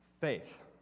faith